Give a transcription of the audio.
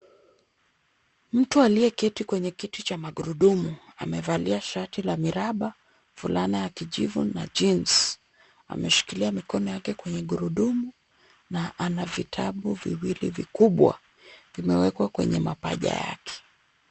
Mtu aliyeketi kwenye kiti cha magurudumu amevalia shati la miraba fulana ya kijivu na jeans ameshikilia mikono yake kwenye gurudumu na ana vitabu viwili vikubwa vimewekwa kwenye mapaja yake.